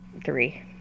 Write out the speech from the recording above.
Three